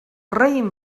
raïm